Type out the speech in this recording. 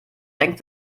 senkt